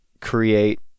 create